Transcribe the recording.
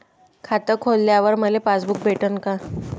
खातं खोलल्यावर मले पासबुक भेटन का?